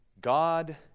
God